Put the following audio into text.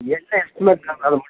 எந்த இடத்துல